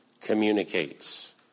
communicates